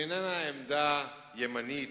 זו איננה עמדה ימנית,